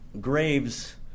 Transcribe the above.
Graves